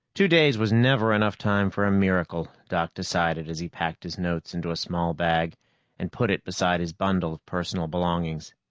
two days was never enough time for a miracle. doc decided as he packed his notes into a small bag and put it beside his bundle of personal belongings.